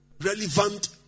relevant